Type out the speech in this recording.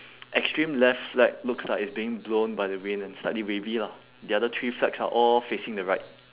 extreme left flag looks like it's being blown by the wind and slightly wavy lah the other three flags are all facing the right